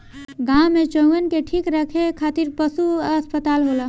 गाँव में चउवन के ठीक रखे खातिर पशु अस्पताल होला